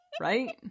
Right